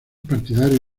partidarios